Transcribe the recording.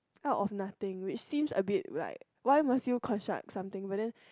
out of nothing which seems a bit why must you construct something but then